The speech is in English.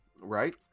right